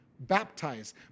baptize